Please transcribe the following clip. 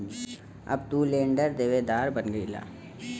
अब तू लेंडर देवेदार बन गईला